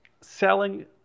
selling